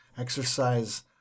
Exercise